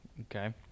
Okay